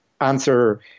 answer